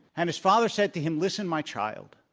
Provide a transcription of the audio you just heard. and his father said to him, listen, my child,